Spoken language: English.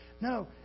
No